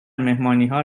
مهمانیها